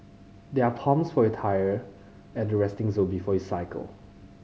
there are pumps for your tyre at the resting zone before you cycle